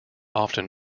often